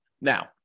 Now